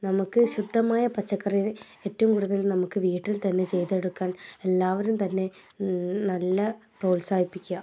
നമുക്ക് ശുദ്ധമായ പച്ചക്കറികൾ ഏറ്റവും കൂടുതൽ നമുക്ക് വീട്ടിൽ തന്നെ ചെയ്ത് എടുക്കാൻ എല്ലാവരും തന്നെ നല്ല പ്രോത്സാഹിപ്പിക്കുക